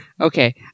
Okay